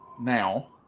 now